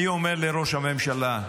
אני אומר לראש הממשלה: